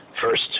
first